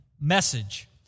message